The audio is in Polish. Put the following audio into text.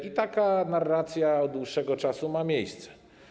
I taka narracja od dłuższego czasu ma miejsce.